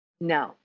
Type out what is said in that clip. No